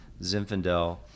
Zinfandel